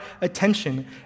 attention